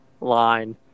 line